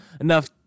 enough